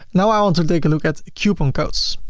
now i want to take a look at coupon codes.